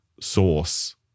source